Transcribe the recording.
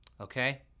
Okay